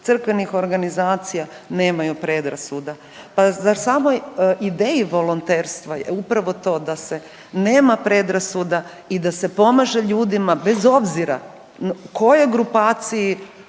crkvenih organizacija nemaju predrasuda. Pa zar samo ideji volonterstva je upravo to, da se nema predrasuda i da se pomaže ljudima bez obzira kojoj grupaciji